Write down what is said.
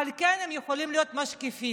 אבל הם כן יכולים להיות משקיפים,